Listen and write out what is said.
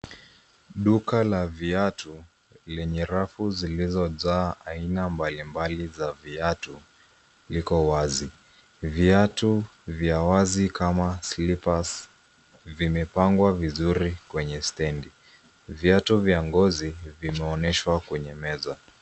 Duka la viatu lenye rafu zilizojaa aina mbalimbali za viatu liko wazi. Viatu vya wazi kama slippers vimepangwa vizuri kwenye stendi. Viatu vya ngozi vimeonyeshwa kwenye meza.